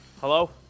Hello